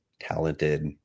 talented